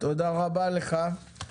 תודה רבה לך.